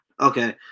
Okay